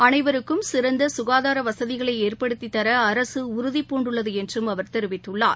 அனைவருக்கும் சிறந்த சுகாதார வசதிகளை ஏற்படுத்தித்தர அரசு உறுதிபூண்டுள்ளது என்றும் அவா தெரிவித்துள்ளார்